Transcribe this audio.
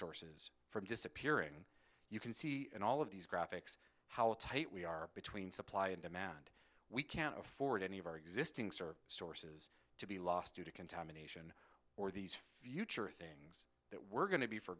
sources from disappearing you can see in all of these graphics how tight we are between supply and demand we can't afford any of our existing store sources to be lost due to contamination or these future things that we're going to be for